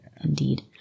Indeed